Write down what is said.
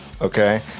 Okay